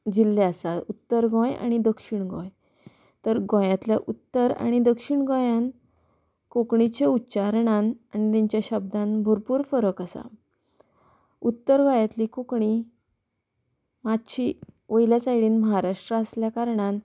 जिल्ले आसा उत्तर गोंय आनी दक्षीण गोंय तर गोंयांतल्या उत्तर आनी दक्षीण गोंयान कोंकणीच्या उच्चारणान आनी तांच्या शब्दान भरपूर फरक आसा उत्तर गोंयांतली कोंकणी मातशी वयल्या सायडीन महाराष्ट्रा आसल्या कारणान